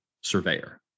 Surveyor